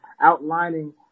outlining